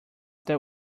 that